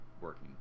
working